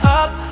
up